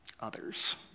others